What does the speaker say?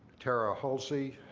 tara hulsey,